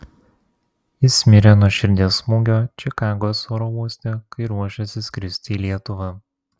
jis mirė nuo širdies smūgio čikagos oro uoste kai ruošėsi skristi į lietuvą